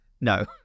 no